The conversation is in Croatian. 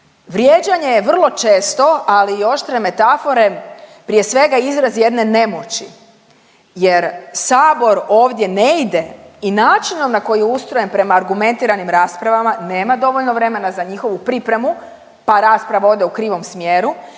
Vrijeđanje je vrlo često, ali i oštre metafore prije svega izraz jedne nemoći. Jer sabor ovdje ne ide i načinom na koji je ustrojen prema argumentiranim raspravama nema dovoljno vremena za njihovu pripremu pa rasprava ode u krivom smjeru.